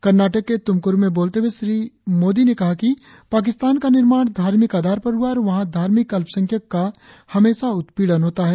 कर्नाटक के तुमकुरु में बोलते हुए श्री मोदी ने कहा कि पाकिस्तान का निर्माण धार्मिक आधार पर हुआ है और वहां धार्मिक अल्पसंख्यक का हमेशा उत्पीड़न होता है